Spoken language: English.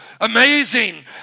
amazing